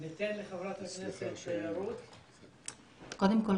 קודם כל,